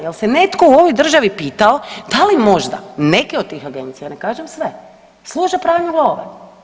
Jel se netko u ovoj državi pitao da li možda neke od tih agencija, ne kažem sve, služe pranju love?